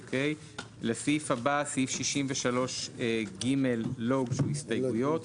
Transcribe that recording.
סעיף 63ג, הסעיף הבא, לא הוגשו לו הסתייגויות.